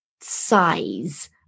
size